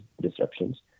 disruptions